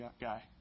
guy